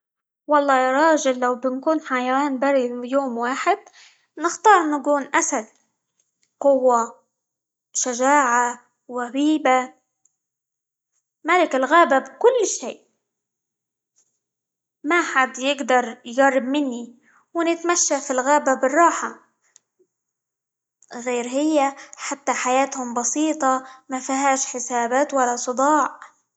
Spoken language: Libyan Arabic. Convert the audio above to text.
والله يا راجل لو بنكون حيوان بري يوم واحد نختار نكون أسد، قوة، شجاعة، وهيبة، ملك الغابة بكل شيء، ما حد يقدر يقرب مني، ونتمشى في الغابة بالراحة، غير هي حتى حياتهم بسيطة ما فيهاش حسابات، ولا صداع.